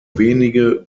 wenige